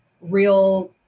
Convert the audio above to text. real